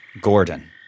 Gordon